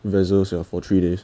vessel sia for three days